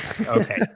Okay